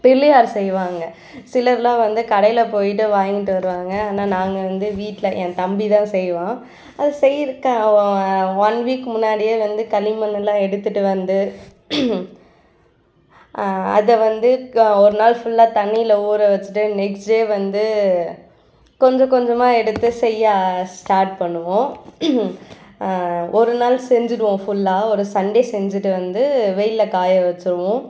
பிள்ளையார் செய்வாங்க சிலர்லாம் வந்து கடையில் போய்ட்டு வாங்கிட்டு வருவாங்க ஆனால் நாங்கள் வந்து வீட்டில என் தம்பி தான் செய்வான் அது செய்கிறதுக்கு அவன் ஒன் வீக் முன்னாடியே வந்து களிமண்லாம் எடுத்துட்டு வந்து அதை வந்து க ஒரு நாள் ஃபுல்லாக தண்ணியில ஊற வச்சிட்டு நெக்ஸ்ட் டே வந்து கொஞ்சம் கொஞ்சமாக எடுத்து செய்ய ஸ்டார்ட் பண்ணுவோம் ஒரு நாள் செஞ்சிடுவோம் ஃபுல்லாக ஒரு சண்டே செஞ்சிட்டு வந்து வெயில்ல காய வச்சிடுவோம்